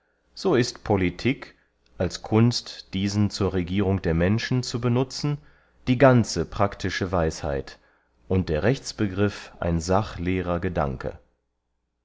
so ist politik als kunst diesen zur regierung der menschen zu benutzen die ganze praktische weisheit und der rechtsbegriff ein sachleerer gedanke